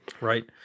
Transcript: right